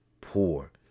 poor